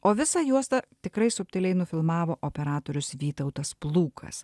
o visą juostą tikrai subtiliai nufilmavo operatorius vytautas plūkas